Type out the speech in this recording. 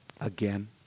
again